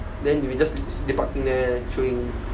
then we were just lepaking there chilling